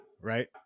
right